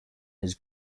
his